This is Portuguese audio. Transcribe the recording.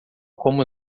como